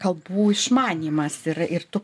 kalbų išmanymas ir ir tu